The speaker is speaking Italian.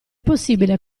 possibile